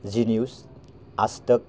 जि news आजतक